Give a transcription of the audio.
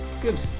good